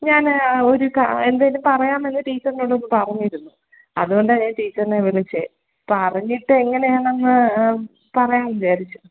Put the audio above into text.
ഞാന് ആ ഒര് കാ എന്തേലും പറയാമെന്ന് ടീച്ചറിനോട് ഒന്ന് പറഞ്ഞിരുന്നു അതുകൊണ്ടാണ് ഞാൻ ടീച്ചറിനെ വിളിച്ചത് പറഞ്ഞിട്ട് എങ്ങനെയാണെന്ന് പറയാമെന്ന് വിചാരിച്ചു